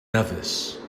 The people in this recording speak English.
nevis